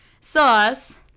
sauce